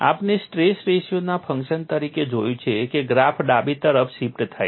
આપણે સ્ટ્રેસ રેશિયોના ફંક્શન તરીકે જોયું છે કે ગ્રાફ ડાબી તરફ શિફ્ટ થાય છે